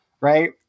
Right